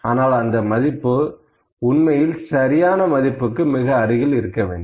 ஆனால் அந்த மதிப்பு உண்மையில் சரியான மதிப்புக்கு மிக அருகில் இருக்க வேண்டும்